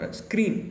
screen